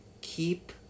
keep